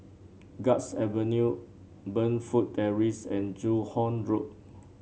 Guards Avenue Burnfoot Terrace and Joo Hong Road